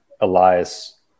Elias